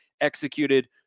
executed